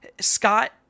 Scott